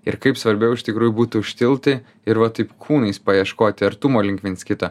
ir kaip svarbiau iš tikrųjų būtų užtilti ir va taip kūnais paieškoti artumo link viens kito